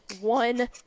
one